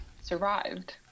survived